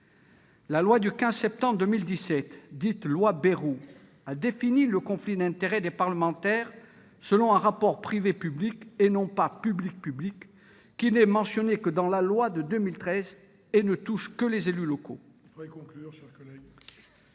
La loi du 15 septembre 2017, dite « loi Bayrou », a défini le conflit d'intérêts des parlementaires selon un rapport privé-public, et non un rapport public-public, lequel n'est mentionné que dans la loi de 2013 et ne touche que les élus locaux.